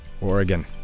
Oregon